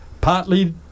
partly